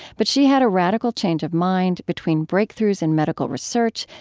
but she had a radical change of mind between breakthroughs in medical research,